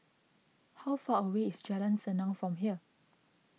how far away is Jalan Senang from here